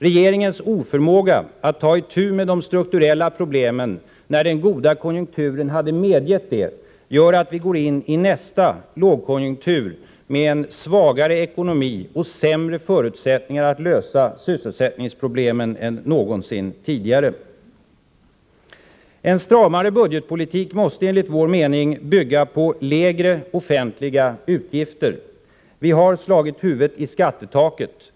Regeringens oförmåga att ta itu med de strukturella problemen när den goda konjunkturen hade medgett det gör att att vi går in i nästa lågkonjunktur med en svagare ekonomi och sämre förutsättningar att lösa sysselsättningsproblemen än någonsin tidigare. En stramare budgetpolitik måste enligt vår mening bygga på lägre offentliga utgifter. Vårt land har slagit huvudet i skattetaket.